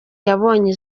yabonye